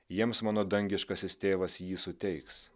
jiems mano dangiškasis tėvas jį suteiks